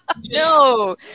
No